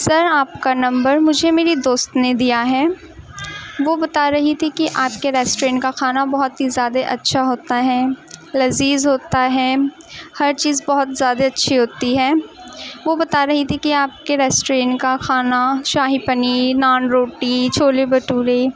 سر آپ کا نمبر مجھے میری دوست نے دیا ہے وہ بتا رہی تھی کہ آپ کے ریسٹورنٹ کا کھانا بہت ہی زیادہ اچّھا ہوتا ہے لذیذ ہوتا ہے ہر چیز بہت زیادہ اچّھی ہوتی ہے وہ بتا رہی تھی کہ آپ کے ریسٹورنٹ کا کھانا شاہی پنیر نان روٹی چھولے بھٹورے